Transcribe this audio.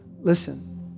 Listen